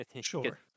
Sure